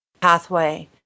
pathway